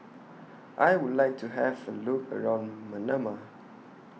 I Would like to Have A Look around Manama